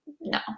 no